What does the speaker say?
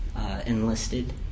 enlisted